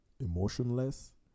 Emotionless